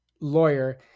lawyer